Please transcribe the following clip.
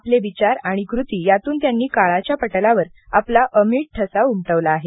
आपले विचार आणि कृती यातून त्यांनी काळाच्या पटलावर आपला अमीट ठसा उमटवला आहे